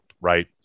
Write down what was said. right